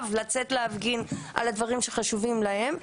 לצאת להפגין על הדברים שחשובים להם,